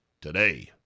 today